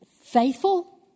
faithful